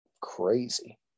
crazy